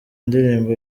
indirimbo